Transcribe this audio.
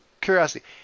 curiosity